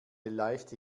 leichte